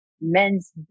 men's